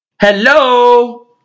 Hello